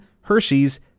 Hershey's